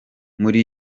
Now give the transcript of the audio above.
muri